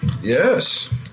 Yes